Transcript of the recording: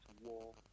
war